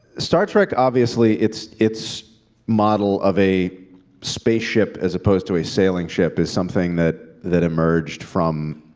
star trek, obviously, it's it's model of a spaceship as opposed to a sailing ship is something that that emerged from